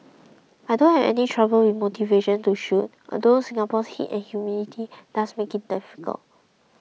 I don't have any trouble with motivation to shoot although Singapore's heat and humidity does make it difficult